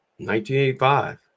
1985